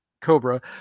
cobra